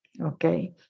Okay